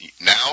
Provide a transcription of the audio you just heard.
Now